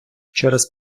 через